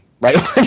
right